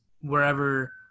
wherever